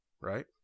right